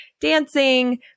dancing